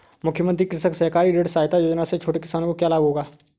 मुख्यमंत्री कृषक सहकारी ऋण सहायता योजना से छोटे किसानों को क्या लाभ होगा?